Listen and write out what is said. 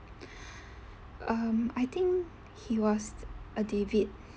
um I think he was uh david